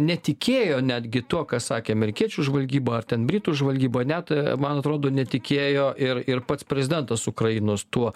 netikėjo netgi tuo ką sakė amerikiečių žvalgyba ar ten britų žvalgyba net man atrodo netikėjo ir ir pats prezidentas ukrainos tuo